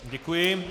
Děkuji.